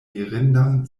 mirindan